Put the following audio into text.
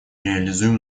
реализуем